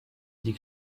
die